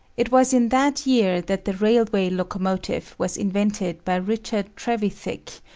it was in that year that the railway locomotive was invented by richard trevithick,